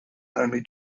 only